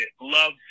love